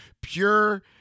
pure